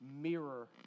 mirror